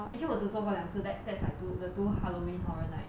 actually 我只坐过两次 that that's like two the two halloween horror night